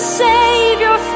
savior